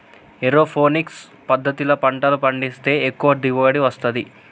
aeroponics పద్దతిల పంటలు పండిస్తే ఎక్కువ దిగుబడి వస్తది